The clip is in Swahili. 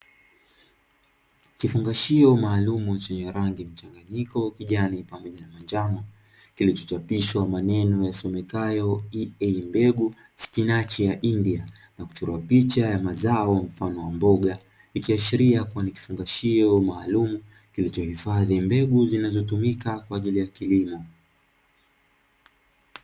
Kifungashio maalumu chenye rangi mchanganyiko kijani pamoja na manjano, kilichochapishwa maneno yasomekayo “EA mbegu spinachi ya India” na kuchorwa picha ya mazao mfano wa mboga, ikiashiria kuwa ni kifungashio maalumu kilichohifadhi mbegu zinazotumika kwa ajili ya kilimo.